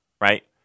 right